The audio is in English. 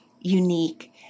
unique